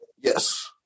Yes